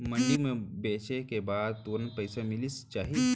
मंडी म बेचे के बाद तुरंत पइसा मिलिस जाही?